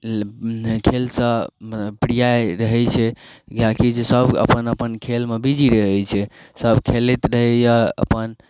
खेलसँ प्रिय रहै छै किएक कि सब अपन अपन खेलमे बिजी रहै छै सब खेलैत रहैए अपन